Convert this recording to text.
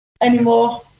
anymore